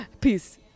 Peace